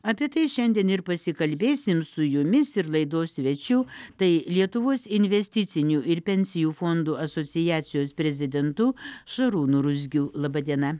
apie tai šiandien ir pasikalbėsim su jumis ir laidos svečiu tai lietuvos investicinių ir pensijų fondų asociacijos prezidentu šarūnu ruzgiu laba diena